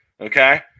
okay